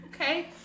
Okay